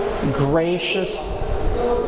gracious